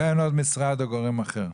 ואין עוד משרד או גורם אחר?